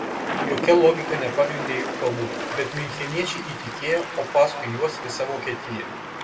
jokia logika nepagrindė jų kalbų bet miuncheniečiai įtikėjo o paskui juos visa vokietija